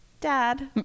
dad